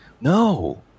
No